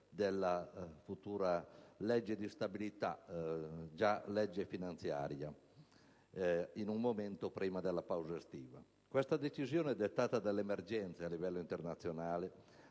della futura legge di stabilità - già legge finanziaria - prima della pausa estiva. Questa decisione, dettata dall'emergere a livello internazionale